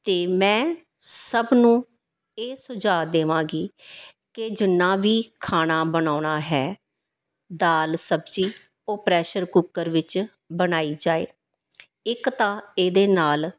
ਅਤੇ ਮੈਂ ਸਭ ਨੂੰ ਇਹ ਸੁਝਾਅ ਦੇਵਾਂਗੀ ਕਿ ਜਿੰਨਾਂ ਵੀ ਖਾਣਾ ਬਣਾਉਣਾ ਹੈ ਦਾਲ ਸਬਜ਼ੀ ਉਹ ਪ੍ਰੈਸ਼ਰ ਕੁੱਕਰ ਵਿੱਚ ਬਣਾਈ ਜਾਏ ਇੱਕ ਤਾਂ ਇਹਦੇ ਨਾਲ਼